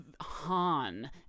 Han